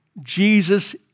Jesus